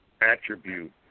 Attribute